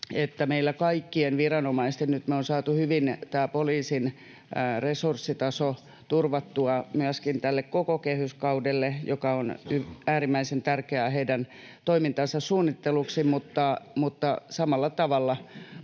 meillä kaikkien viranomaisten... Nyt me on saatu hyvin tämä poliisin resurssitaso turvattua myöskin tälle koko kehyskaudelle, mikä on äärimmäisen tärkeää heidän toimintansa suunnittelemiseksi, mutta samalla tavalla